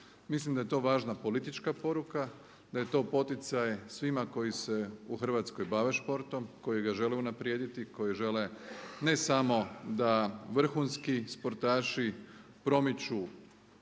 Mislim da je to važna politička poruka, da je to poticaj svima koji se u Hrvatskoj bave športom, koji ga žele unaprijediti, koji žele ne samo da vrhunski sportaši promiču